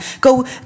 Go